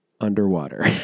Underwater